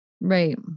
Right